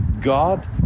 God